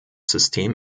system